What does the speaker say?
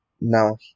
Now